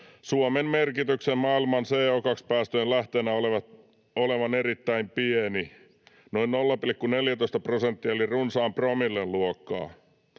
Suomen merkityksen maailman CO2-päästöjen lähteenä olevan erittäin pieni, noin 0,14 prosenttia eli runsaan promillen luokkaa.